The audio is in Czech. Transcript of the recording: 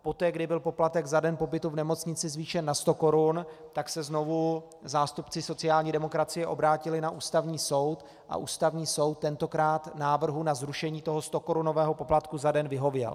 Poté, kdy byl poplatek za den pobytu v nemocnici zvýšen na 100 korun, tak se znovu zástupci sociální demokracie obrátili na Ústavní soud a Ústavní soud tentokrát návrhu na zrušení stokorunového poplatku za den vyhověl.